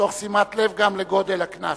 תוך שימת לב גם לגודל הקנס.